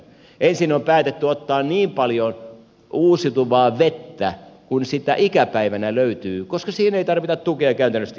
ensin on päätetty ottaa niin paljon uusiutuvaa vettä kuin sitä ikäpäivänä löytyy koska siihen ei tarvita tukea käytännöllisesti katsoen lainkaan